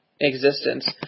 existence